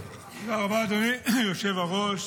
תודה רבה, אדוני היושב-ראש.